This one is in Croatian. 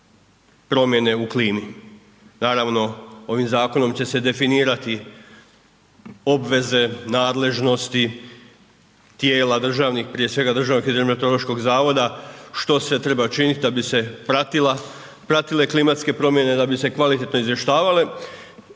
promjene u klimi. Naravno ovim zakonom će se definirati obveze nadležnosti tijela državnih, prije svega DHMZ što sve treba činiti da bi se pratile klimatske promjene, da bi se kvalitetno izvještavalo